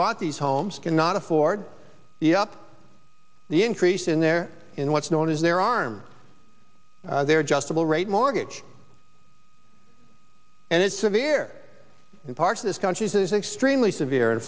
bought these homes cannot afford the up the increase in their in what's known as their arms they're just a lower rate mortgage and it's severe in part of this country is extremely severe in